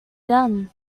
done